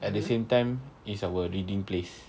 at the same time it's our reading place